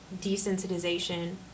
desensitization